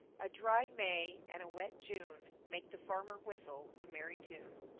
a dry may and a wet june make the farmer whistle a merry tune.